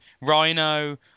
rhino